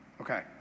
Okay